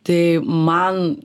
tai man